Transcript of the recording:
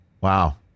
Wow